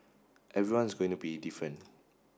everyone is going to be different